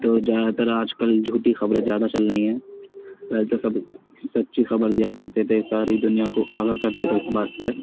تو زیادہ تر آج کل جھوٹی خبریں زیادہ چل رہی ہیں تو سب سچی خبر دیا کرتے تھے ساری دنیا کو آگاہ کرتے تھے اس بات سے